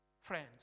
Friends